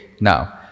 now